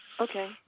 Okay